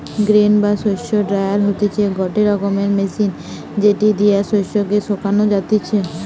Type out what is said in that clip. grain বা শস্য dryer হতিছে গটে রকমের মেশিন যেটি দিয়া শস্য কে শোকানো যাতিছে